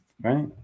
Right